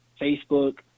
Facebook